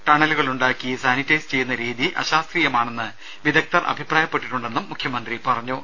ടണലുകളുണ്ടാക്കി sanitise ചെയ്യുന്ന രീതി അശാസ്ത്രീയമാണെന്ന് വിദഗ്ദ്ധർ അഭിപ്രായപ്പെട്ടിട്ടുണ്ടെന്നും മുഖ്യമന്ത്രി പറഞ്ഞു